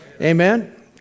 Amen